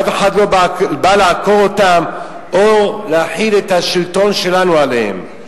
אף אחד לא בא לעקור אותם או להחיל את השלטון שלנו עליהם.